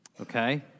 Okay